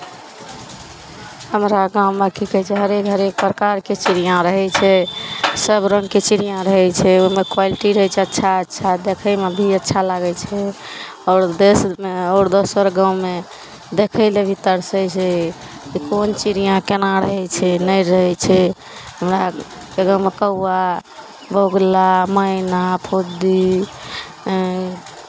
हमरा गाँवमे की कहै छै हरेक हरेक प्रकारके चिड़ियाँ रहै छै सभ रङ्गके चिड़ियाँ रहै छै ओहिमे क्वालिटी रहै छै अच्छा अच्छा देखयमे भी अच्छा लागै छै आओर देशमे आओर दोसर गाँवमे देखय लए भी तरसै छै कि कोन चिड़ियाँ केना रहै छै नहि रहै छै हमरा आरके गाँवमे कौआ बगुला मैना फुद्दी